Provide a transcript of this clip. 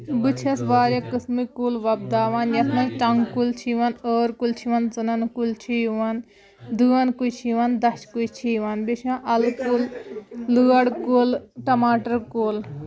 بہٕ چھٮ۪س واریاہ قٕسمٕکۍ کُل وۄپداوان یَتھ منٛز ٹنٛگہٕ کُلۍ چھِ یِوان ٲر کُلۍ چھِ یِوان ژٕنَن کُلۍ چھِ یِوان دٲنۍ کُجۍ چھِ یِوان دَچھِ کُجۍ چھِ یِوان بیٚیہِ چھِ یِوان اَلہٕ کُل لٲر کُل ٹماٹَر کُل